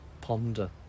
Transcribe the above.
ponder